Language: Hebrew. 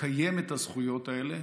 לקיים את הזכויות האלה